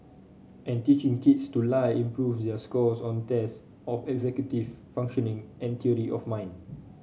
and teaching kids to lie improves their scores on tests of executive functioning and duty of mind